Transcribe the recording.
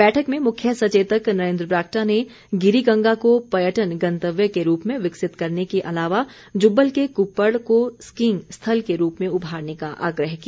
बैठक में मुख्य सचेतक नरेन्द्र बरागटा ने गिरी गंगा को पर्यटन गंतव्य के रूप में विकसित करने के अलावा जुब्बल के कृप्पड़ को स्कींग स्थल के रूप में उभारने का आग्रह किया